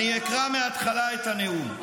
אני אקרא את הנאום מהתחלה: